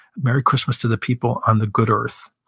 merry christmas to the people on the good earth.